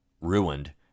ruined